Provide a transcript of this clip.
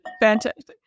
Fantastic